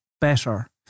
better